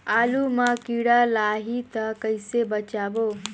आलू मां कीड़ा लाही ता कइसे बचाबो?